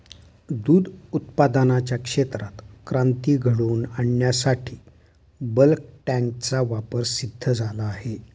दूध उत्पादनाच्या क्षेत्रात क्रांती घडवून आणण्यासाठी बल्क टँकचा वापर सिद्ध झाला आहे